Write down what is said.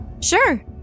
Sure